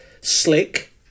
Slick